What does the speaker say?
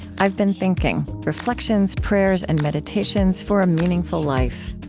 i've been thinking reflections, prayers, and meditations for a meaningful life